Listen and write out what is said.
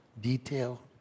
detail